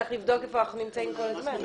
צריך לבדוק איפה אנחנו נמצאים כל הזמן.